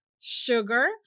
sugar